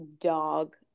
dog